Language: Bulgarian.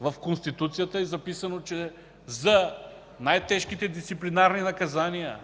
в Конституцията е записано, че за най-тежките дисциплинарни наказания